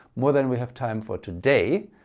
more than we have time for today,